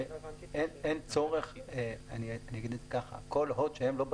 אין קול ואין עונה ואין קשב.